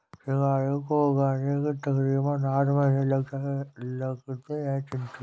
सिंघाड़े को उगने में तकरीबन आठ महीने लगते हैं चिंटू